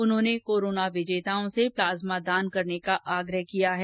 उन्होंने कोरोना विजेताओं से प्लाज्मा दान करने का आग्रह किया है